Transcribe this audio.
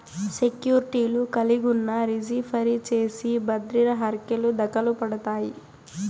సెక్యూర్టీలు కలిగున్నా, రిజీ ఫరీ చేసి బద్రిర హర్కెలు దకలుపడతాయి